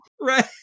Right